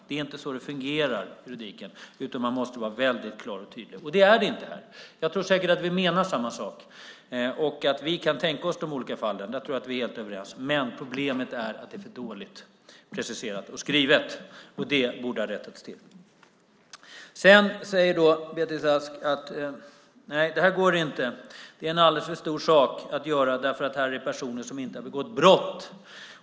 Det är inte så juridiken fungerar, utan man måste vara väldigt klar och tydlig, och det är man inte här. Jag tror säkert att vi menar samma sak och att vi kan tänka oss de olika fallen. Där tror jag att vi är helt överens. Men problemet är att det är för dåligt preciserat och skrivet. Det borde ha rättats till. Sedan säger Beatrice Ask: Nej, det här går inte. Det är en alldeles för stor sak att göra, eftersom det är personer som inte har begått brott.